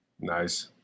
Nice